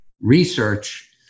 research